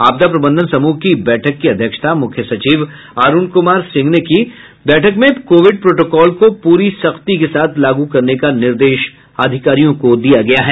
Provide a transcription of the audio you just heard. आपदा प्रबंधन समूह की बैठक की अध्यक्षता मुख्य सचिव अरूण कुमार सिंह ने की बैठक में कोविड प्रोटोकॉल को पूरी सख्ती के साथ लागू करने का निर्देश अधिकारियों को दिया गया है